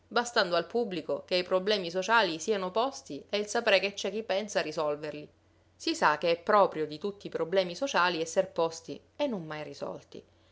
bastando al pubblico che i problemi sociali sieno posti e il sapere che c'è chi pensa a risolverli si sa che è proprio di tutti i problemi sociali esser posti e non mai risolti